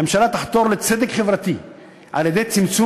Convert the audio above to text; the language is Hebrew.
"הממשלה תחתור לצדק חברתי על-ידי צמצום